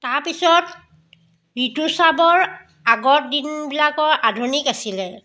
তাৰপিছত ঋতুস্ৰাৱৰ আগৰ দিনবিলাক আধুনিক আছিলে